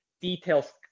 Details